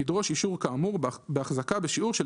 תדרוש אישור כאמור בהחזקה בשיעור של